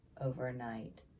overnight